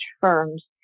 firms